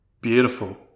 Beautiful